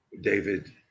David